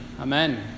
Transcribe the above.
Amen